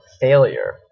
failure